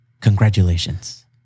Congratulations